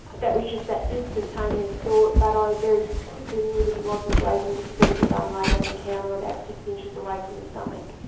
that was just that instantaneous thought, but i very quickly knew that he wasn't joking, because there was a gun laid on the counter about six inches away from my stomach.